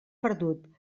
perdut